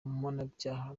mpanabyaha